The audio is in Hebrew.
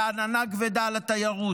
ועננה כבדה על התיירות,